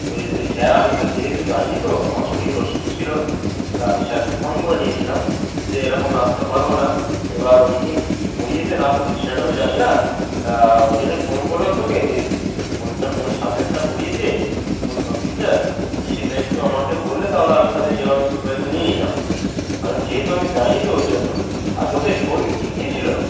ওই ওই স্যার আমি তো যেহেতু যাই নি তো আমার শরীর অসুস্থ ছিলো তা আমি স্যারকে ফোন করে নিয়েছিলাম যে এরকম আসতে পারবো না এবার ওই দিন কি পড়িয়েছে না পড়িয়েছে সেটা তো আমি জানি না তা ওই জন্যই ফোন করলাম তোকে যে কোনটা কোন সাবজেক্টটা পড়িয়েছে কোন টপিকটা সেটা একটু আমাকে বললে তাহলে আমি তাহলে সেভাবে প্রিপারেশন নিয়ে নিতাম কারণ যেহেতু আমি যাই নি তো ওই জন্য আর বলছে সৌভিকও কি গিয়েছিলো